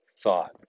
thought